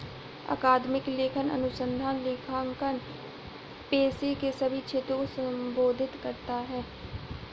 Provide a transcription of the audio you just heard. अकादमिक लेखांकन अनुसंधान लेखांकन पेशे के सभी क्षेत्रों को संबोधित करता है